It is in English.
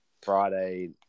Friday